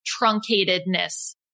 truncatedness